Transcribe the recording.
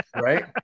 Right